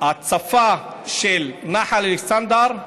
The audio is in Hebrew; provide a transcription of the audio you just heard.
הצפה של נחל אלכסנדר,